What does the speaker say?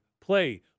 play